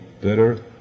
better